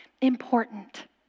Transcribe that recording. important